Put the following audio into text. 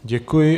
Děkuji.